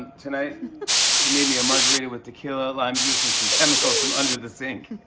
tonight she made me a margarita with tequila, lime juice, and some chemicals from under the sink.